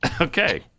Okay